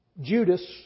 Judas